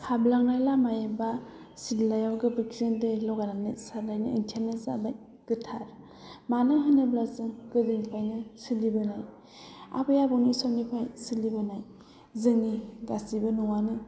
हाबलांनाय लामा एबा सिथलायाव गोबोरखिजों दै लगायनानै सारनायनि ओंथियानो जाबाय गोथार मानो होनोब्ला जों गोदोनिफ्रायनो सोलिबोनाय आबै आबौनि समनिफ्राय सोलिबोनाय जोंनि गासैबो न'आनो